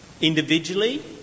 Individually